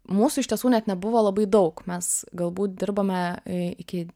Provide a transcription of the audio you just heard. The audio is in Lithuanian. mūsų iš tiesų net nebuvo labai daug mes galbūt dirbome iki